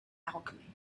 alchemy